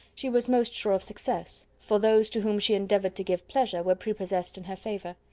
she was most sure of success, for those to whom she endeavoured to give pleasure were prepossessed in her favour.